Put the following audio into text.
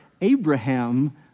abraham